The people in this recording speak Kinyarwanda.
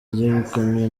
ryegukanywe